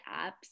apps